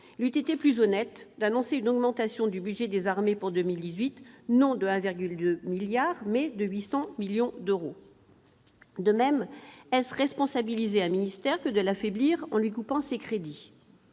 été plus honnête d'annoncer une augmentation du budget des armées pour 2018, non de 1,2 milliard d'euros, mais de 800 millions d'euros. De même, est-ce responsabiliser un ministère que de l'affaiblir en lui coupant ses crédits ?